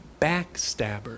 backstabber